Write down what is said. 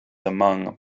among